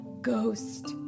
ghost